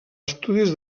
estudis